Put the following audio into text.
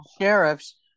sheriffs